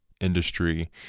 industry